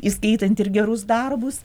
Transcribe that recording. įskaitant ir gerus darbus